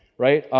right.